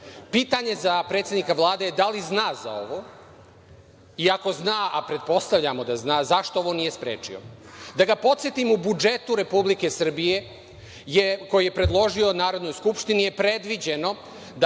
Pitanje za predsednika Vlade je da li zna za ovo. Ako zna, a pretpostavljamo da zna, zašto ovo nije sprečio? Da ga podsetim, u budžetu Republike Srbije koji je predložio Narodnoj skupštini je predviđeno